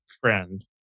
friend